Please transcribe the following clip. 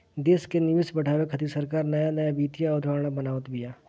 देस कअ निवेश बढ़ावे खातिर सरकार नया नया वित्तीय अवधारणा बनावत बिया